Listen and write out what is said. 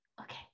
okay